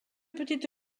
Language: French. petite